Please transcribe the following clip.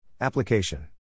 Application